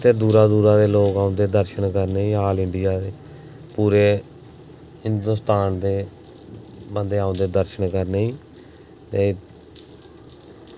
इत्थै दूरा दूरा दे लोग औंदे दर्शन करने गी ऑल इंडिया दे पूरे हिंदोस्तान दे बंदे औंदे दर्शन करने गी ते